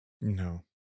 No